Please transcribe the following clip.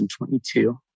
2022